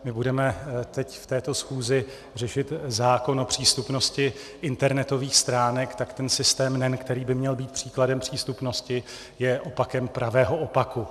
My budeme teď, v této schůzi, řešit zákon o přístupnosti internetových stránek, tak ten systém NEN, který by měl být příkladem přístupnosti, je opakem pravého opaku.